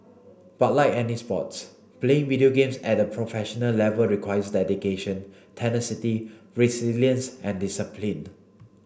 but like any sports playing video games at a professional level requires dedication tenacity resilience and discipline